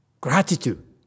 Gratitude